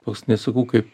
toks nesakau kaip